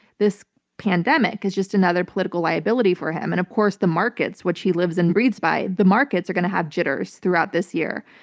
this pandemic is just another political liability for him. and of course the markets-which he lives and breathes by-the markets are going to have jitters throughout this year.